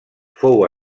fou